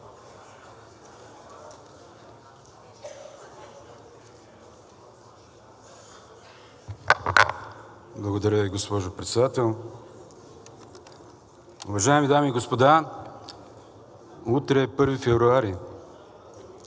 Благодаря Ви, госпожо Председател. Уважаеми дами и господа, утре е 1 февруари.